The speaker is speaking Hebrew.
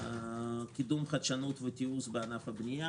קידום חדשנות ותיעוש בענף הבנייה